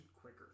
quicker